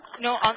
No